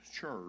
church